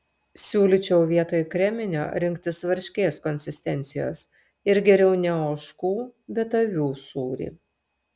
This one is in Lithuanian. siūlyčiau vietoj kreminio rinktis varškės konsistencijos ir geriau ne ožkų bet avių sūrį